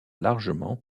largement